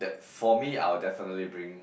that for me I'll definitely bring